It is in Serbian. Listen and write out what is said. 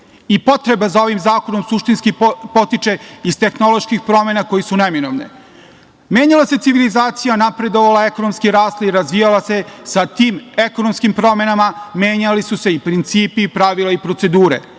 i potreba za ovim zakonom suštinski potiče iz tehnoloških promena koje su neminovne. Menjala se civilizacija, napredovala, ekonomski rasla i razvijala se. Sa tim ekonomskim promenama menjali su se i principi, pravila i procedure.